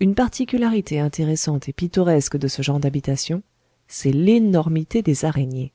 une particularité intéressante et pittoresque de ce genre d'habitation c'est l'énormité des araignées